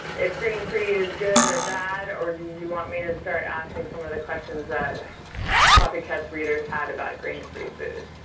if grain free is good or bad, or did you want me to start asking some of the questions that floppycats readers had about grain free food?